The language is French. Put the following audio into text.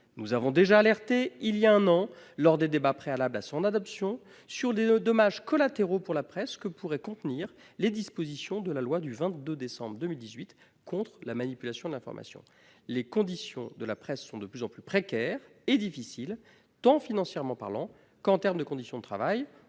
Nous avons déjà alerté il y a un an, lors des débats préalables à son adoption, sur les dommages collatéraux pour la presse que pourrait contenir la loi du 22 décembre 2018 relative à la lutte contre la manipulation de l'information. Les conditions d'exercice de la presse sont de plus en plus précaires et difficiles, tant financièrement parlant qu'en termes de conditions de travail,